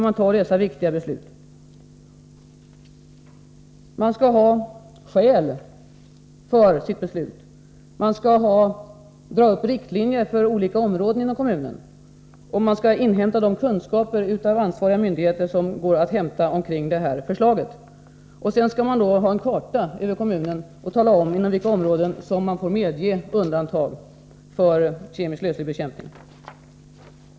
Man skall ha skäl för sitt beslut. Man skall dra upp riktlinjer för olika områden inom kommunen. Man skall från ansvariga myndigheter inhämta de kunskaper som finns att hämta. Vidare skall man ha en karta över kommunen och tala om inom vilka områden man får medge undantag för kemisk lövslybekämpning.